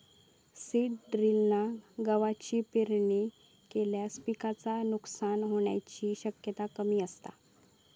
seed ड्रिलना गवाची पेरणी केल्यास पिकाचा नुकसान होण्याची शक्यता कमी असता